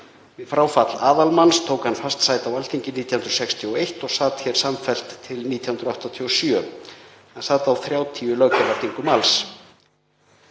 Við fráfall aðalmanns tók hann fast sæti á Alþingi 1961 og sat hér samfellt til 1987. Hann sat á 30 löggjafarþingum alls.